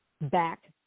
back